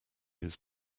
his